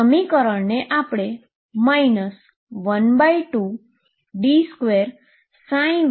સમીકરણને આપણે 12d2ydy2V ψyEψ છે